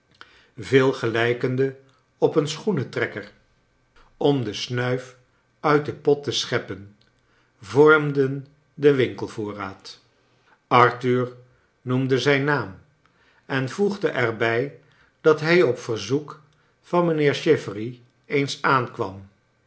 veel gelijkende op een schoenentrekker om de kleine dorrit smiif uit den pot te scheppen vormden den winkelvoorraad arthur noemde zijn naam en voegde er bij dat hij op verzoek van mijnheer chivery eens aankwam